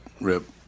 Rip